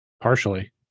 Partially